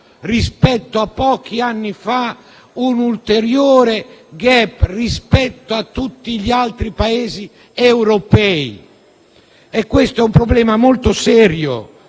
con pochi anni fa, un ulteriore *gap* rispetto a tutti gli altri Paesi europei. È un problema molto serio